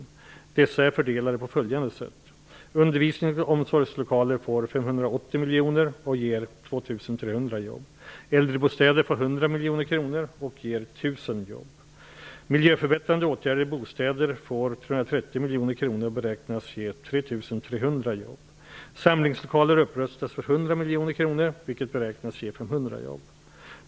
Dessa är fördelade på följande sätt: miljoner och ger 2 300 jobb, miljoner kronor och beräknas ge 3 300 jobb, -- Samlingslokaler upprustas för 100 miljoner kronor, vilket beräknas ge 500 jobb.